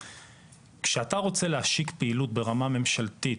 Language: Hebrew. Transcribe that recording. כאשר אתה רוצה להשיק פעילות ברמה ממשלתית,